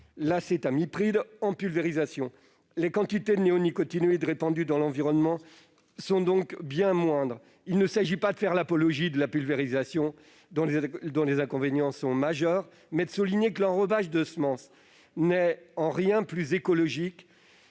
l'acétamipride. Les quantités de néonicotinoïdes répandues dans l'environnement sont alors bien moindres. Je n'entends pas faire l'apologie de la pulvérisation, dont les inconvénients sont majeurs. Je tiens à souligner que l'enrobage des semences n'est en rien plus écologique